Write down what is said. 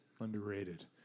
Underrated